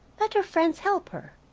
let her friends help her.